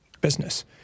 business